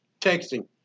Texting